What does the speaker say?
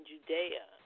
Judea